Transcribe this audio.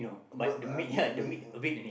but but I mean I mean